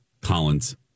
Collins